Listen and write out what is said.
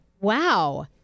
Wow